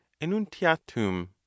enuntiatum